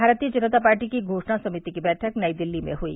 भारतीय जनता पार्टी की घोषणा समिति की बैठक नई दिल्ली में हुई